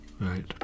right